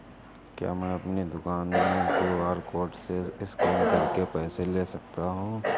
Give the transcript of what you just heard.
क्या मैं अपनी दुकान में क्यू.आर कोड से स्कैन करके पैसे ले सकता हूँ?